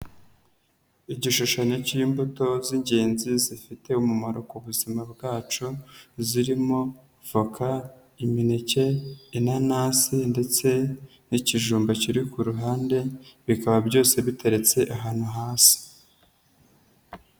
Igishushanyo cy'imbuto z'ingenzi zifite umumaro ku buzima bwacu, zirimo voka imineke inanasi ndetse n'ikijumba kiri ku ruhande, bikaba byose biteretse ahantu hasi.